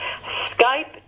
Skype